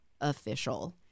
official